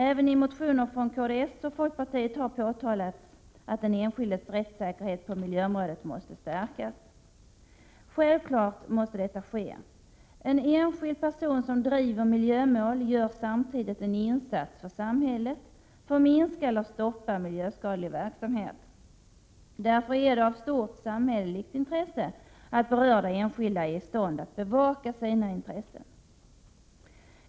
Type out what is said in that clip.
Även i motioner från kds och fp har påtalats att den enskildes rättssäkerhet på miljöområdet måste stärkas. Självfallet måste detta ske. En enskild person som driver miljömål gör samtidigt en insats för samhället för att minska eller stoppa miljöskadlig verksamhet. Därför är det av stort samhälleligt intresse att berörda enskilda är i stånd att bevaka sina intressen.